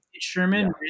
Sherman